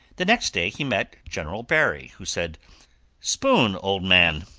the next day he met general barry, who said spoon, old man,